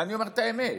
ואני אומר את האמת.